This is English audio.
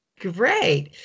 Great